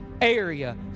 area